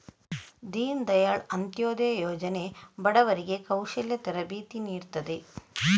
ದೀನ್ ದಯಾಳ್ ಅಂತ್ಯೋದಯ ಯೋಜನೆ ಬಡವರಿಗೆ ಕೌಶಲ್ಯ ತರಬೇತಿ ನೀಡ್ತದೆ